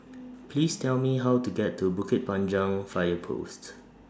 Please Tell Me How to get to Bukit Panjang Fire Post